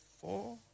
four